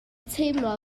teimlo